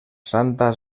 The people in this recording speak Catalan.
santa